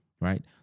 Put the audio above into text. right